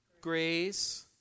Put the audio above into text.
Grace